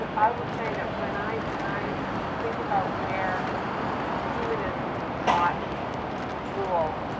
i will say that when i, when i think about where humanism does not rule.